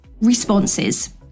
Responses